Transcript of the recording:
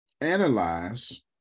analyze